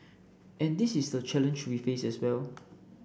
and this is the challenge we faces as well